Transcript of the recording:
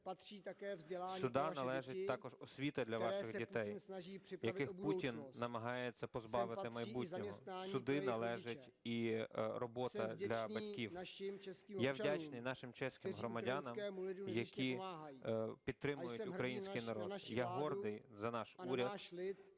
Сюди належить також освіта для ваших дітей, яких Путін намагається позбавити майбутнього. Сюди належить і робота для батьків. Я вдячний нашим чеським громадянам, які підтримують український народ. Я гордий за наш уряд